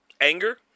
Anger